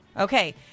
Okay